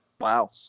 Wow